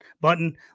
button